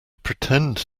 pretend